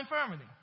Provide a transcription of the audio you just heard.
infirmity